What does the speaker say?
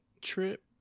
trip